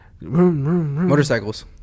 motorcycles